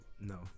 no